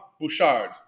Bouchard